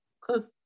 close